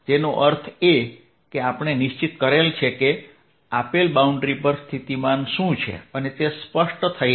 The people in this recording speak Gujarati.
તેનો અર્થ એ કે આપણે નિશ્ચિત કરેલ છે કે આપેલ બાઉન્ડ્રી પર સ્થિતિમાન શું છે અને તે સ્પષ્ટ થયેલ છે